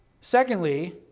secondly